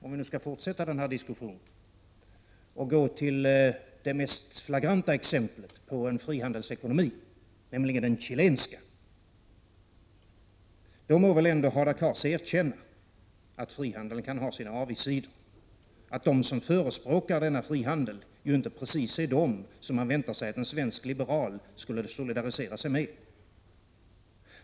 Om vi skall fortsätta diskussionen om frihandelssystem skall jag ta det mest flagranta exemplet på en frihandelsekonomi, nämligen den chilenska. Då må väl ändå Hadar Cars erkänna att frihandeln kan ha sina avigsidor och att de som förespråkar denna frihandel inte precis är de som man förväntar sig att en svensk liberal skulle solidarisera sig med.